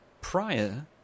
Prior